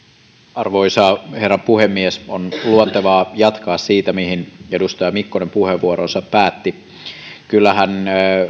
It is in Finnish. arvoisa herra puhemies on luontevaa jatkaa siitä mihin edustaja mikkonen puheenvuoronsa päätti kyllähän